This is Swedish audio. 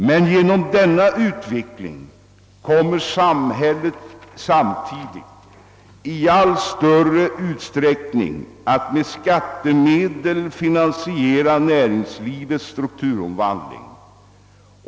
Men genom denna utveckling kommer samhället också i allt större utsträckning att med skattemedel finansiera näringslivets strukturomvandling.